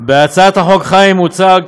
בהצעת החוק מוצע,